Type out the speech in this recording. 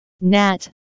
Nat